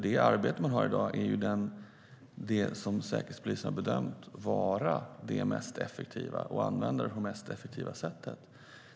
Det arbete Säkerhetspolisen bedriver i dag är det som de har bedömt vara det mest effektiva.